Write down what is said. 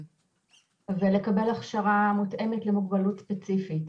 ולקבל הכשרה מותאמת למוגבלות ספציפית.